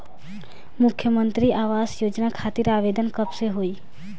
मुख्यमंत्री आवास योजना खातिर आवेदन कब से होई?